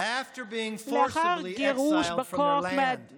(מחיאות כפיים) לאחר שגורשו בכוח מאדמתם,